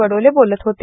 बडोले बोलत होते